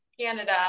Canada